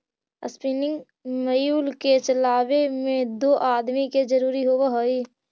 spinning mule के चलावे में दो आदमी के जरुरी होवऽ हई